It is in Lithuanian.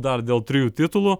dar dėl trijų titulų